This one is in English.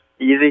easy